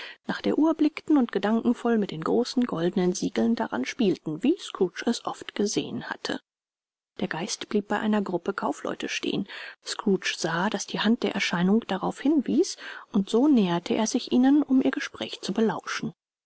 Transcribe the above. nach der uhr blickten und gedankenvoll mit den großen goldenen siegeln daran spielten wie scrooge es oft gesehen hatte der geist blieb bei einer gruppe kaufleute stehen scrooge sah daß die hand der erscheinung darauf hinwies und so näherte er sich ihnen um ihr gespräch zu belauschen